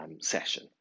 session